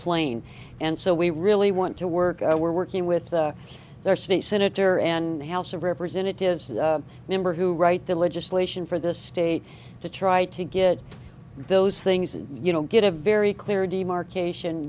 plane and so we really want to work i were working with the their state senator and house of representatives to the member who write the legislation for the state to try to get those things and you know get a very clear demarcation